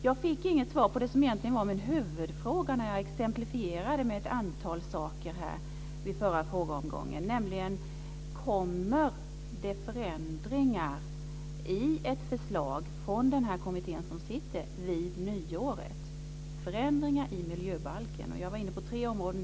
Jag fick inget svar på det som egentligen var min huvudfråga i förra frågeomgången och som jag exemplifierade med ett antal saker: Kommer det förslag på förändringar i miljöbalken från den sittande kommittén vid nyår? Jag var inne på tre områden.